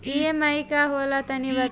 EMI का होला तनि बताई?